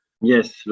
Yes